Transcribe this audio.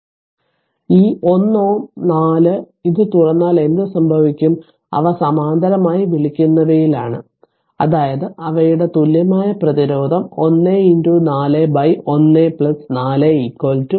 അതിനാൽ ഈ 1 Ω 4 ഇത് തുറന്നാൽ എന്ത് സംഭവിക്കും അവ സമാന്തരമായി വിളിക്കുന്നവയിലാണ് അതായത് അവയുടെ തുല്യമായ പ്രതിരോധം 1 41 4 0